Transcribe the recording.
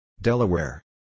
Delaware